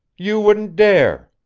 you wouldn't dare!